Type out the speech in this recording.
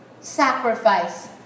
sacrifice